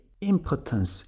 impotence